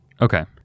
Okay